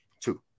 Two